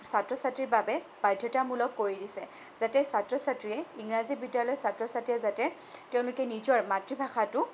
ছাত্ৰ ছাত্ৰীৰ বাবে বাধ্যতামূলক কৰি দিছে যাতে ছাত্ৰ ছাত্ৰীয়ে ইংৰাজী বিদ্যালয়ৰ ছাত্ৰ ছাত্ৰীয়ে যাতে তেওঁলোকে নিজৰ মাতৃভাষাটো